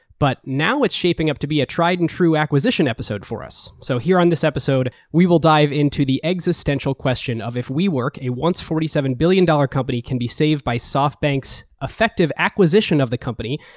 but now, it's shaping up to be a tried and true acquisition episode for us. so here on this episode, we will dive into the existential question of, if wework, a once forty seven billion dollars company, can be saved by softbank's effective acquisition of the company.